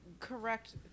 Correct